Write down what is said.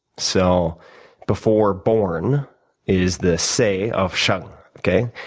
so before born is the sei of sheng, okay?